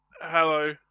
Hello